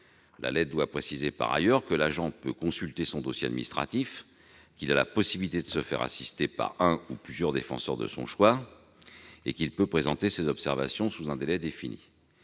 La lettre doit préciser par ailleurs que l'agent peut consulter son dossier administratif, qu'il a la possibilité de se faire assister par un ou plusieurs défenseurs de son choix et qu'il peut présenter ses observations sous un délai défini.